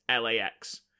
LAX